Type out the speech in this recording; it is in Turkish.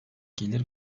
gelir